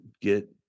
get